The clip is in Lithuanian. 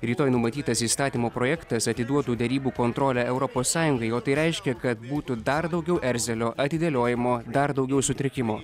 rytoj numatytas įstatymo projektas atiduotų derybų kontrolę europos sąjungai o tai reiškia kad būtų dar daugiau erzelio atidėliojimo dar daugiau sutrikimų